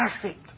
perfect